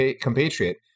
compatriot